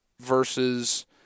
versus